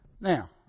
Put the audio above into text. Now